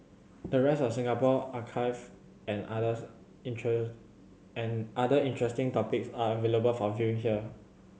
the rest of the Singapore archive and others and other interesting topics are available for viewing here